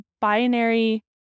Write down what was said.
binary